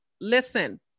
listen